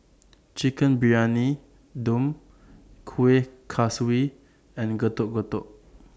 Chicken Briyani Dum Kuih Kaswi and Getuk Getuk